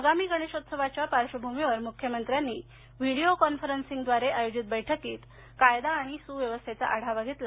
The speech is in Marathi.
आगामी गणेशोत्सवाच्या पार्श्वभूमीवर मुख्यमंत्र्यांनी व्हिडिओ कॉन्फरन्सिंगद्वारे आयोजित बैठकीत कायदा आणि सुव्यवस्थेचा आढावा घेतला